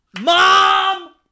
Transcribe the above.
Mom